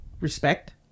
respect